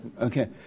Okay